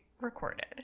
recorded